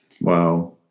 Wow